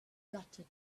gutted